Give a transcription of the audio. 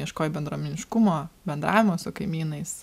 ieškojai bendruomeniškumo bendravimo su kaimynais